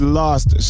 lost